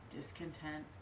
discontent